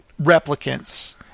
replicants